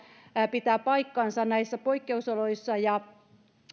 pitää paikkansa näissä poikkeusoloissa ja